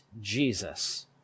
Jesus